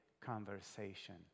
conversation